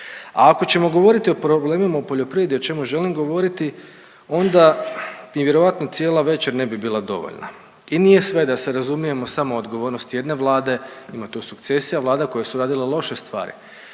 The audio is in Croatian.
A ako ćemo govoriti o problemima u poljoprivredi o čemu želim govoriti onda vjerojatno cijela večer ne bi bila dovoljna i nije sve da se razumijemo samo odgovornost jedne Vlade, ima tu sukcesija Vlada koje su radile loše stvari.